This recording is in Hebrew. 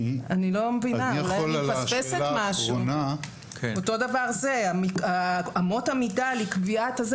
אותו דבר לגבי אמות המידה לקביעה.